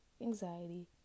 anxiety